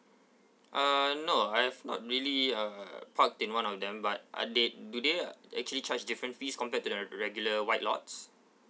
uh no I have not really uh parked in one of them but uh they do they actually charge different fees compared to the regular white lots